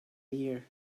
year